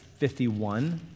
51